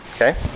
Okay